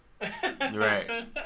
Right